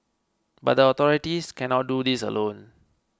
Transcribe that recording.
but the authorities cannot do this alone